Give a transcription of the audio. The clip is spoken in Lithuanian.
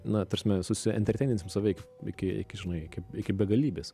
na tarsme susienterteininsim save iki iki žinai iki iki begalybės